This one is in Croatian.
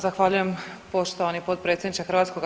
Zahvaljujem poštovani potpredsjedniče HS.